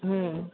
হুম